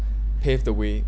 pave the way